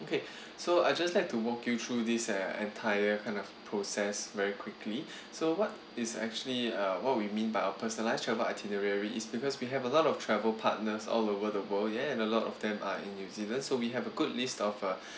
okay so I just like to walk you through this uh entire kind of process very quickly so what is actually uh what we mean by a personalised travel itinerary is because we have a lot of travel partners all over the world ya and a lot of them are in new zealand so we have a good list of uh